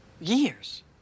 Years